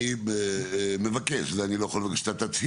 אני מבקש אני לא יכול שאתה תצהיר,